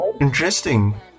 Interesting